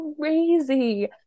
crazy